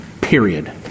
Period